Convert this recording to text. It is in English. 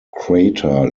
crater